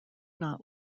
not